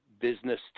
Business